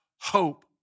hope